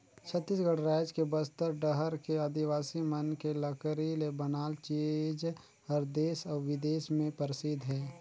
छत्तीसगढ़ रायज के बस्तर डहर के आदिवासी मन के लकरी ले बनाल चीज हर देस अउ बिदेस में परसिद्ध हे